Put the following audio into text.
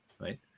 right